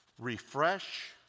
Refresh